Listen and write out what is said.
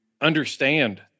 understand